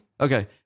Okay